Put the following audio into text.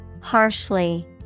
Harshly